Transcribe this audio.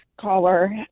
caller